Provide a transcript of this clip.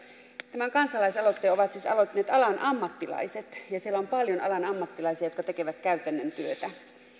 tämän kansalaisaloitteen ovat siis aloittaneet alan ammattilaiset ja siellä on paljon alan ammattilaisia jotka tekevät käytännön työtä